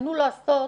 תכננו לעשות